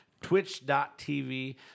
Twitch.tv